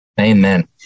Amen